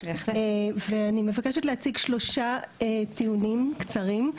ואני מבקשת להציג שלושה טיעונים קצרים,